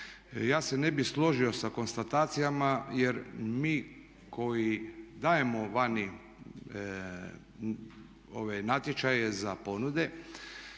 Ja se ne bi složio sa konstatacijama jer mi koji dajemo vani ove natječaje za ponude